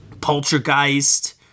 Poltergeist